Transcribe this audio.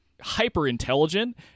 hyper-intelligent